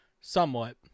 somewhat